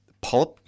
Polyp